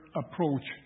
approach